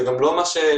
זה גם לא מה שמתכוונים,